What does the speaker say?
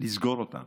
לסגור אותם